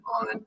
on